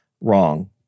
wrong